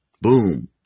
boom